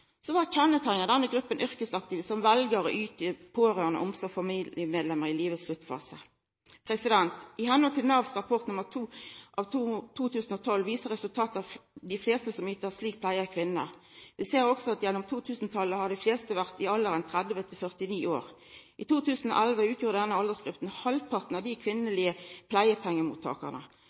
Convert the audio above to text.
Så kva kjenneteiknar den gruppa yrkesaktive som vel å yta pårørande omsorg for familiemedlemmer i livets sluttfase? I samhøve med Navs rapport nr. 2 av 2012 viser resultata at dei fleste som yter slik pleie, er kvinner. Vi ser også at gjennom 2000-talet har dei fleste vore i alderen 30–49 år. I 2011 utgjorde denne aldersgruppa halvparten av dei kvinnelege